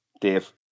Dave